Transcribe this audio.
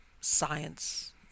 science